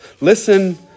Listen